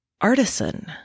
artisan